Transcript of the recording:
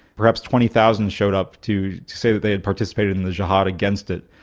perhaps twenty thousand showed up to say that they had participated in the jihad against it.